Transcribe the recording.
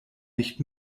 nicht